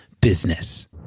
business